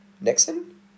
Nixon